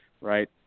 right